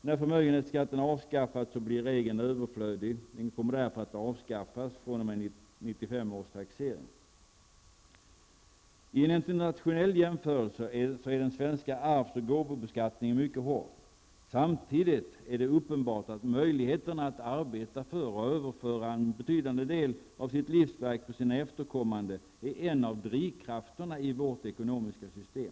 När förmögenhetsskatten avskaffas blir regeln överflödig. Den kommer därför att vara avskaffad fr.o.m. 1995 års taxering. Vid en internationell jämförelse framstår den svenska arvs och gåvobeskattningen som mycket hård. Samtidigt är det uppenbart att möjligheten att arbeta för sitt livsverk och att överföra en betydande del av detta på sina efterkommande är en av drivkrafterna i vårt ekonomiska system.